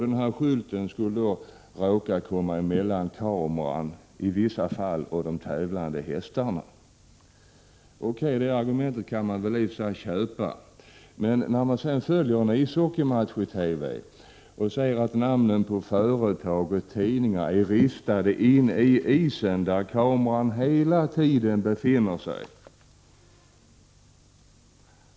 Den här skylten skulle i vissa fall kunna komma emellan kameran och de tävlande hästarna. Det argumentet kan man i och för sig goda, men man förvånas när man sedan följer en ishockeymatch i TV och ser att namnen på företag och tidningar är inlagda i isen, där kameran hela tiden befinner sig.